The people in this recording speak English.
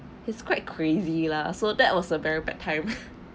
his quite crazy lah so that was a very bad time